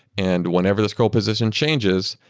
and whenever the scroll position changes,